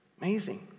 Amazing